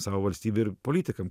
savo valstybei ir politikam